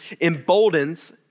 emboldens